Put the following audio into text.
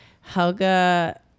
Helga